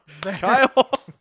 Kyle